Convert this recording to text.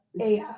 AF